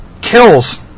kills